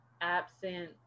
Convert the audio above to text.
absent